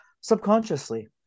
subconsciously